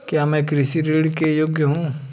क्या मैं कृषि ऋण के योग्य हूँ?